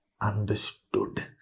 understood